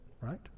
right